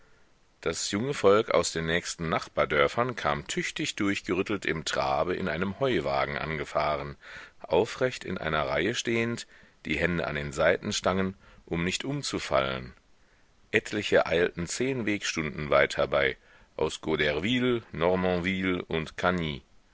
das junge volk aus den nächsten nachbardörfern kam tüchtig durchgerüttelt im trabe in einem heuwagen angefahren aufrecht in einer reihe stehend die hände an den seitenstangen um nicht umzufallen etliche eilten zehn wegstunden weit herbei aus goderville normanville und cany